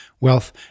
wealth